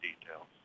details